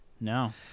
No